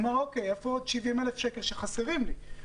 הוא שואל: איפה 70,000 שקלים שחסרים לי.